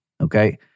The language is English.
okay